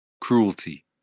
cruelty